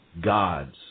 gods